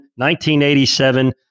1987